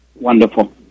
wonderful